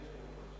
אני מבקש גם.